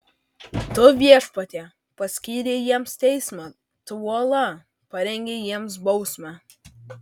tu viešpatie paskyrei jiems teismą tu uola parengei jiems bausmę